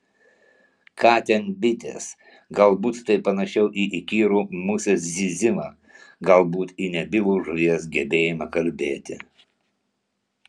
ką ten bitės galbūt tai panašiau į įkyrų musės zyzimą galbūt į nebylų žuvies gebėjimą kalbėti